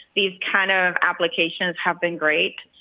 these kind of applications have been great.